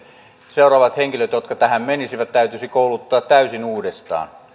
seuraavat henkilöt jotka tähän menisivät täytyisi kouluttaa täysin uudestaan